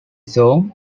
song